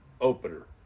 opener